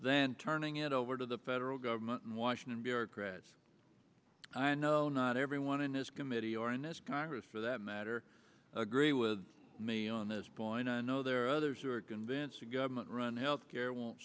than turning it over to the federal government and washington bureaucrats i know not everyone in this committee or in this congress for that matter agree with me on this point i know there are others who are convinced a government run healthcare won't